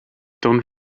don’t